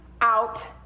out